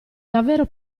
davvero